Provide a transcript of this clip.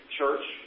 church